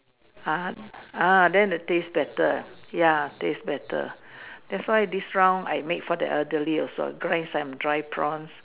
ah ah then the taste better ya taste better that's why this round I make for the elderly also grind some dry prawns